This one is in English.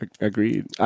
Agreed